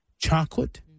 chocolate